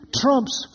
trumps